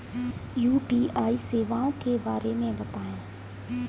UPI सेवाओं के बारे में बताएँ?